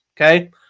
Okay